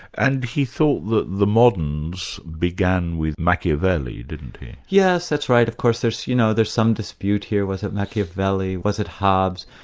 and he thought that the moderns began with machiavelli, didn't he? yes that's right. of course there's you know there's some dispute here was it machiavelli? was it hobbes?